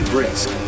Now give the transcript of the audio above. Brisk